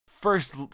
First